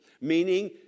meaning